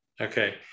Okay